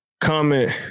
comment